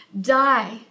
die